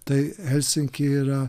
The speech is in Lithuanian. tai helsinky yra